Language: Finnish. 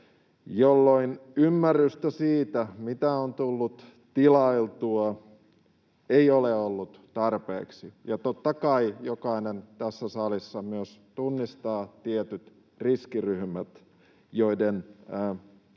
jolloin ymmärrystä siitä, mitä on tullut tilailtua, ei ole ollut tarpeeksi. Totta kai jokainen tässä salissa myös tunnistaa tietyt riskiryhmät, joiden,